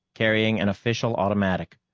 carrying an official automatic.